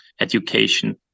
education